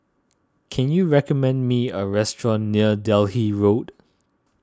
can you recommend me a restaurant near Delhi Road